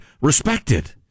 respected